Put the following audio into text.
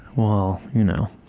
well, you know,